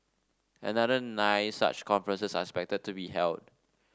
another nine such conferences are expected to be held